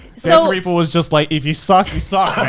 so reaper was just like, if you suck, you suck.